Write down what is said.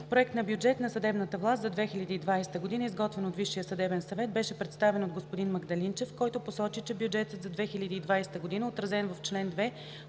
Проектът на бюджет на съдебната власт за 2020 г., изготвен от Висшия съдебен съвет, беше представен от господин Магдалинчев, който посочи, че бюджетът за 2020 г., отразен в чл. 2